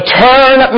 turn